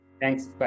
Thanks